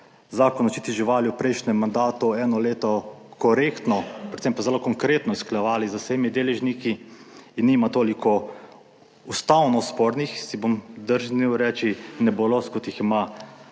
Zakon o zaščiti živali v prejšnjem mandatu eno leto korektno, predvsem pa zelo konkretno usklajevali z vsemi deležniki in nima toliko ustavno spornih, si bom drznil reči, nebuloz kot jih ima